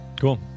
Cool